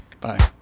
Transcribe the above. Bye